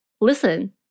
listen